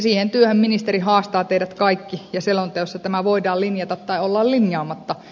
siihen työhön ministeri haastaa teidät kaikki ja selonteossa tämä voidaan linjata tai olla linjaamatta